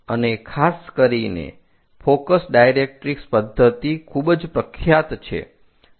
અને ખાસ કરીને ફોકસ ડાયરેક્ટ્રિક્ષ પદ્ધતિ ખૂબ જ પ્રખ્યાત છે